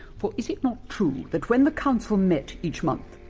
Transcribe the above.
for is it not true that when the council met each month,